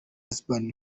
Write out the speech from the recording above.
husband